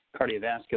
cardiovascular